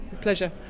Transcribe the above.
Pleasure